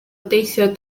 deithio